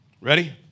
Ready